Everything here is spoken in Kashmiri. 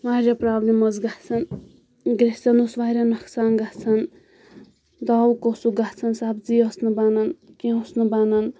واریاہ پرابلِم ٲس گَژھان گژھان اوس واریاہ نۄقصان گَژھان سَبزی ٲس نہٕ بَنان کینٛہہ اوس نہٕ بَنان